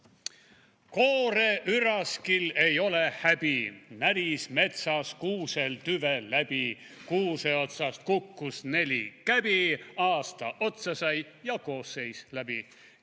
Kooreüraskil ei ole häbi, / näris metsas kuusel tüve läbi. / Kuuse otsast kukkus neli käbi, / aasta otsa sai ja koosseis läbi.